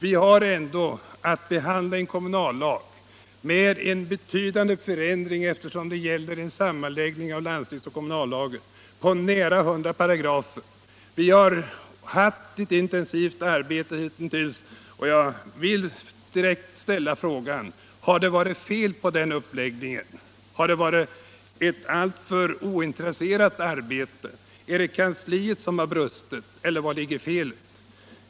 Vi har ju ändå att behandla = landstingen en kommunallag, och det innebär en betydande förändring — eftersom det också gäller en sammanläggning av landstingslagen och kommunallagen — av nära 100 paragrafer. Vi har haft ett intensivt arbete hittills, och jag vill därför direkt ställa frågorna: Har det varit fel på den uppläggningen? Har arbetet varit alltför ointresserat? Är det kanske kansliet som har brustit, eller var ligger felet?